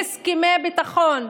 "הסכמי ביטחון",